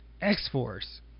X-Force